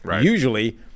Usually